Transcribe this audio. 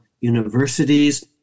universities